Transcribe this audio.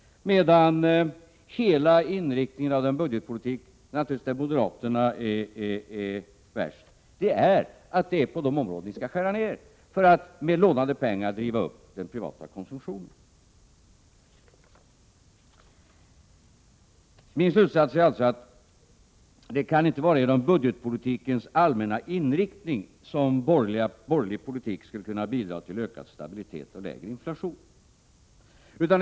Men hela inriktningen av er budgetpolitik — där moderaterna naturligtvis är värst — är att det är på de områdena ni skall skära ner för att med lånade pengar driva upp den privata konsumtionen. Min slutsats är alltså att det inte kan vara genom budgetpolitikens allmänna inriktning som borgerlig politik skulle kunna bidra till ökad stabilitet och lägre inflation.